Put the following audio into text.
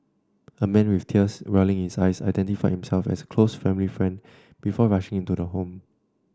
a man with tears welling in his eyes identified himself as a close family friend before rushing into the home